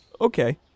Okay